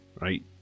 right